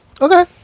Okay